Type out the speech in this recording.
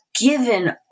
given